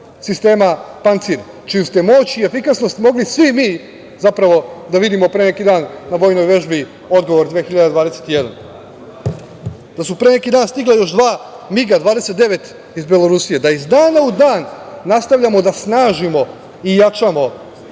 sistema „Pancir“, čiju smo moć i efikasnost mogli da vidimo pre neki dan na Vojnoj vežbi „Odgovor 2021“, da su pre neki dan stigla još dva Miga 29 iz Belorusije, da iz dana u dan nastavljamo da snažimo i jačamo